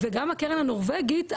וגם הקרן הנורבגית,